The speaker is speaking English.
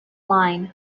line